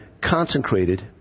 consecrated